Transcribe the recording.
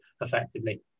effectively